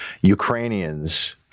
Ukrainians